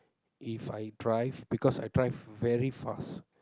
if I drive because I drive very fast